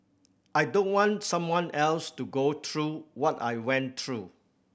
I don't want someone else to go through what I went through